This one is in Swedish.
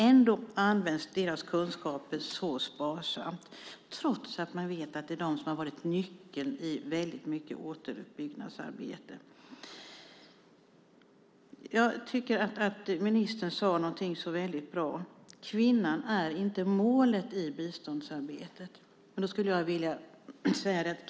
Ändå används deras kunskaper så sparsamt, trots att man vet att de har varit nyckeln i mycket återuppbyggnadsarbete. Ministern sade något väldigt bra: Kvinnan är inte målet i biståndsarbetet. Jag vill säga: Kvinnan är ett medel.